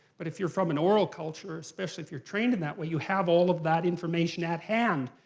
but if you're from an oral culture, especially if you're trained in that way, you have all of that information at hand.